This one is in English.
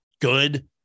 good